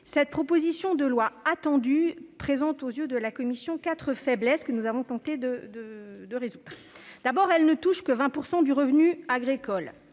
Cette proposition de loi, attendue, présente aux yeux de la commission quatre faiblesses, auxquelles nous avons tenté de remédier. Premièrement, elle ne touche que 20 % du revenu agricole